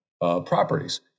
Properties